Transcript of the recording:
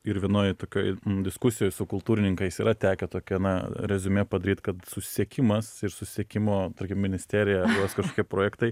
ir vienoj tokioj diskusijoj su kultūrininkais yra tekę tokią na reziumė padaryt kad susisiekimas ir susisiekimo ministerija kažkokie projektai